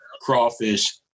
crawfish